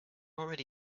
already